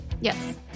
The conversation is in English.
Yes